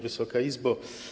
Wysoka Izbo!